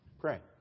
Pray